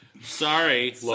Sorry